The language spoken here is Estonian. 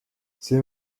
see